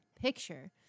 picture